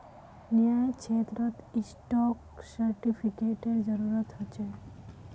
न्यायक्षेत्रत स्टाक सेर्टिफ़िकेटेर जरूरत ह छे